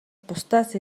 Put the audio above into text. бусдаас